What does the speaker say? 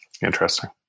interesting